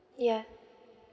ya